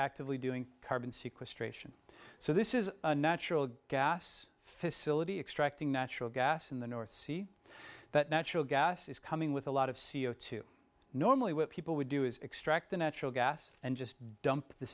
actively doing carbon sequestration so this is a natural gas facility extracting natural gas in the north sea that natural gas is coming with a lot of c o two normally what people would do is extract the natural gas and just dump the